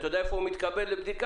אתה יודע איפה הוא מתקבל לבדיקה?